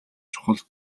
чухал